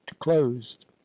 closed